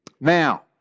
Now